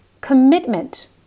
commitment